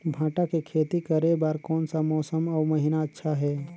भांटा के खेती करे बार कोन सा मौसम अउ महीना अच्छा हे?